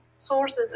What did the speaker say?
sources